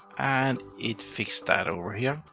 and it fixed that over here.